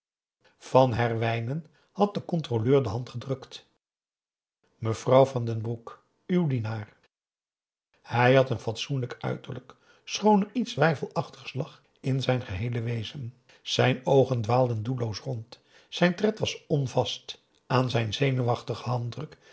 van herwijnen had den controleur de hand gedrukt mevrouw van den broek uw dienaar hij had een fatsoenlijk uiterlijk schoon er iets weifelachtigs lag in zijn geheele wezen zijn oogen dwaalden doelloos rond zijn tred was onvast aan zijn zenuwachtigen handdruk